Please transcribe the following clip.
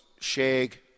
Shag